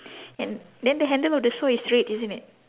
and then the handle of the saw is red isn't it